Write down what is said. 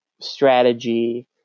strategy